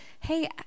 Hey